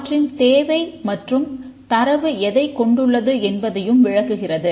அவற்றின் தேவை மற்றும் தரவு எதைக் கொண்டுள்ளது என்பதையும் விளக்குகிறது